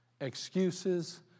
excuses